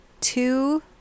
two